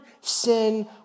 sin